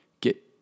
get